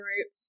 Right